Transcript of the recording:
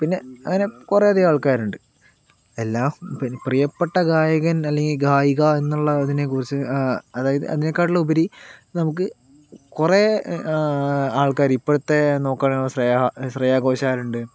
പിന്നെ അങ്ങനെ കുറേ അധികം ആൾക്കാരുണ്ട് എല്ലാം പ്രിയപ്പെട്ട ഗായകൻ അല്ലങ്കിൽ ഗായിക എന്നുള്ളതിനെക്കുറിച്ച് അതായത് അതിനേക്കാളും ഉപരി നമുക്ക് കുറേ ആൾക്കാർ ഇപ്പോഴത്തെ നോക്കുകയാണെങ്കിൽ ശ്രേയ ഘോഷാലുണ്ട്